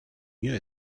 mieux